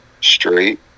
straight